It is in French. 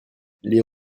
les